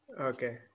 Okay